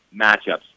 Matchups